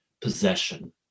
possession